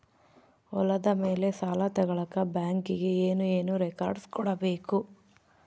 ಹೊಲದ ಮೇಲೆ ಸಾಲ ತಗಳಕ ಬ್ಯಾಂಕಿಗೆ ಏನು ಏನು ರೆಕಾರ್ಡ್ಸ್ ಕೊಡಬೇಕು?